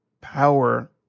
power